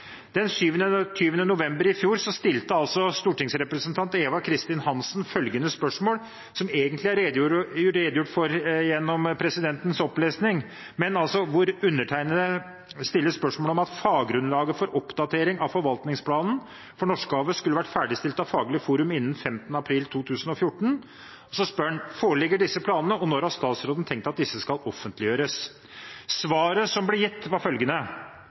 Den 27. november i fjor stilte stortingsrepresentant Eva Kristin Hansen et skriftlig spørsmål, som egentlig er redegjort for gjennom presidentens opplesning. Hun – og nå undertegnede – stiller spørsmål ved om at faggrunnlaget for oppdatering av forvaltningsplanen for Norskehavet skulle vært ferdigstilt av Faglig forum innen 15. april 2014. Så kommer spørsmålet: «Foreligger disse planene, og når har statsråden tenkt at disse skal offentliggjøres?» Svaret som ble gitt, var følgende: